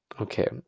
Okay